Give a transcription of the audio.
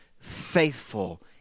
faithful